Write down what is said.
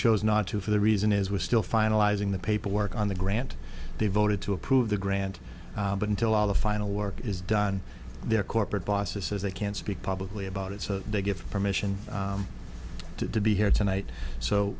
chose not to for the reason is we're still finalizing the paperwork on the grant they voted to approve the grant but until all the final work is done their corporate bosses says they can't speak publicly about it so they give permission to be here tonight so